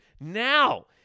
now